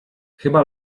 chyba